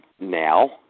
now